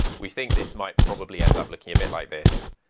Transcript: we think this might probably end up looking a bit like this.